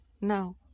Now